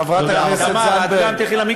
חברת הכנסת, תודה רבה.